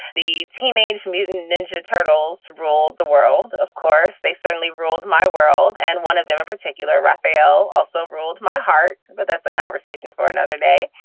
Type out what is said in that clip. the teenage mutant ninja turtles roll the world. of course, they suddenly ruled my world and one of them in particular, rafaelle, also rolled my heart. but that's a conversation for another day.